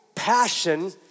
Passion